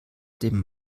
dem